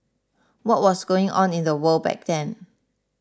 what was going on in the world back then